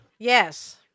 Yes